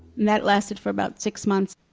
that lasted for about six months